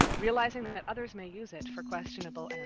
realizing that other may use it for questionable ends.